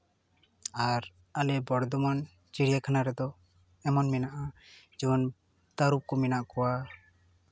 ᱟᱨ ᱟᱞᱮ ᱵᱚᱨᱫᱷᱚᱢᱟᱱ ᱪᱤᱲᱭᱟᱠᱷᱟᱱᱟ ᱨᱮᱫᱚ ᱮᱢᱚᱱ ᱢᱮᱱᱟᱜᱼᱟ ᱡᱮᱢᱚᱱ ᱛᱟᱹᱨᱩᱵᱽ ᱠᱚ ᱢᱮᱱᱟᱜ ᱠᱚᱣᱟ